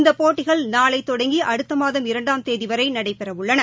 இந்தபோட்டிகள் நாளைதொடங்கிஅடுத்தமாதம் இரண்டாம் தேதிவரைநடைபெறவுள்ளன